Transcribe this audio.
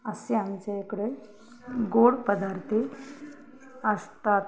असे आमच्या इकडे गोड पदार्थ असतात